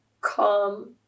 calm